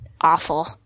awful